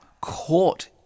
caught